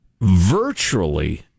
Virtually